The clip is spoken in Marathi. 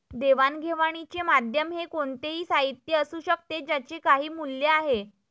देवाणघेवाणीचे माध्यम हे कोणतेही साहित्य असू शकते ज्याचे काही मूल्य आहे